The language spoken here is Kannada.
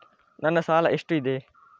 ನನ್ನ ಸಾಲ ಎಷ್ಟು ಇದೆ?